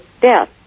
death